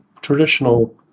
traditional